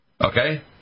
Okay